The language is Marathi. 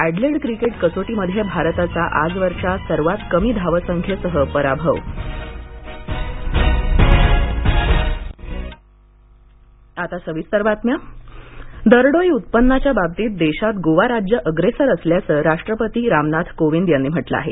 एडलेड क्रिकेट कसोटीमध्ये भारताचा आजवरच्या सर्वात कमी धावसंख्येसह पराभव राष्ट्रपती गोवा मक्तीदिन दरडोई उत्पन्नाच्या बाबतीत देशात गोवा राज्य अग्रेसर असल्याचं राष्ट्रपती रामनाथ कोविंद यांनी म्हटलं आहे